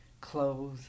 clothes